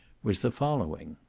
was the following.